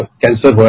cancer